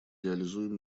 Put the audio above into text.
реализуем